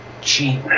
cheap